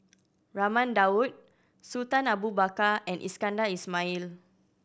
Raman Daud Sultan Abu Bakar and Iskandar Ismail